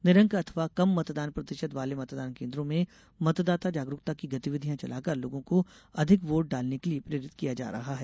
निरंक अथवा कम मतदान प्रतिशत वाले मतदान केन्द्रों में मतदाता जागरूकता की गतिविधियां चलाकर लोगों को अधिक वोट डालने के लिये प्रेरित किया जा रहा है